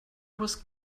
was